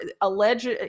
alleged